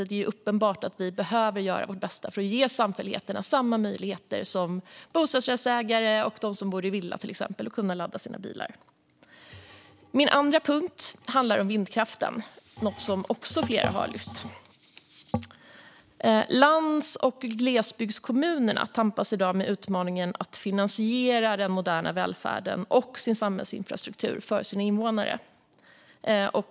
Det är uppenbart att vi behöver göra vårt bästa för att ge samfälligheterna samma möjligheter som bostadsrättsägare och dem som bor i villa att ladda sina bilar. Min andra punkt handlar om vindkraften - också något som flera har lyft. Lands och glesbygdskommuner tampas i dag med utmaningen att finansiera den moderna välfärden och sin samhällsinfrastruktur för sina invånare.